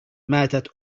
ماتت